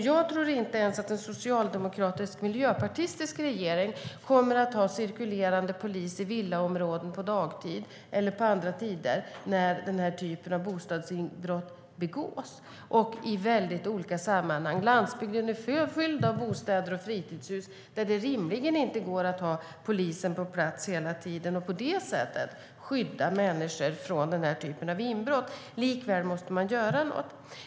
Jag tror inte att ens en socialdemokratisk och miljöpartistisk regering kommer att ha poliser som cirkulerar i villaområden på dagtid eller på andra tider när denna typ av bostadsinbrott begås i många olika sammanhang. Landsbygden är fylld av bostäder och fritidshus där det rimligen inte går att ha polisen på plats hela tiden för att på det sättet skydda människor från denna typ av inbrott. Likväl måste man göra någonting.